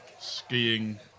skiing